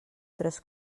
tres